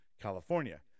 California